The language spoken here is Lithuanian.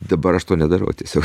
dabar aš to nedarau tiesiog